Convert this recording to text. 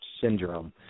syndrome